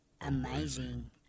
amazing